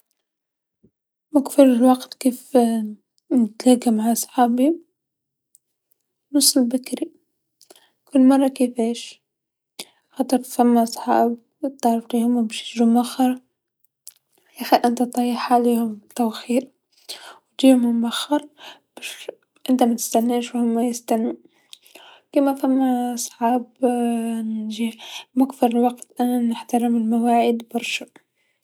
مو في كل الوقت كيف نتلاقى مع صحابي نوصل بكري، كل مرا كيفاش، خاطر فما صحاب تعرفيهم فماش يجو مأخر يخي أنت طيح عليهم التوقيت و تجيهم مأخر باش أنت متتستناش و هوما يستنو، كيما فما صحاب نجي مو في الوقت، أنا نحترم المواعيد برشا.